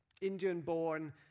Indian-born